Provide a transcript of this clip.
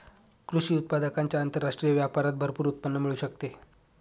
कृषी उत्पादकांच्या आंतरराष्ट्रीय व्यापारात भरपूर उत्पन्न मिळू शकते